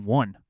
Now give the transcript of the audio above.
one